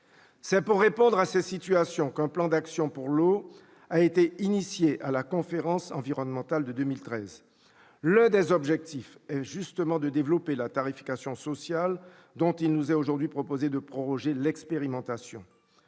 C'est pour répondre à ces situations qu'un plan d'action pour l'eau a été lancé lors de la conférence environnementale de 2013. L'un des objectifs est justement de développer la tarification sociale, dont il nous est proposé cet après-midi de proroger l'expérimentation.